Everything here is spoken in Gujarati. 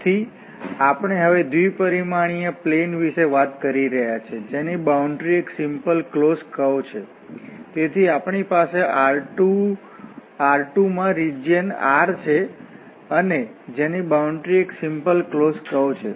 તેથી આપણે હવે દ્વિ પરિમાણીય પ્લેન વિશે વાત કરી રહ્યા છીએ જેની બાઉન્ડરી એક સિમ્પલ ક્લોસ્ડ કર્વ છે તેથી આપણી પાસે R2 માં રિજિયન R છે અને જેની બાઉન્ડરી એક સિમ્પલ ક્લોસ્ડ કર્વ છે